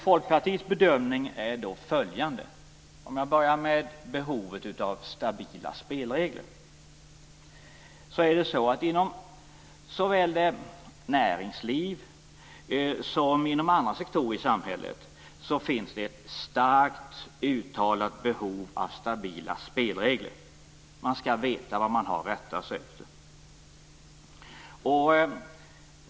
Folkpartiets bedömning är följande. Jag börjar med behovet av stabila spelregler. Inom såväl näringsliv som andra sektorer i samhället finns det ett starkt uttalat behov av stabila spelregler. Man skall veta vad man har att rätta sig efter.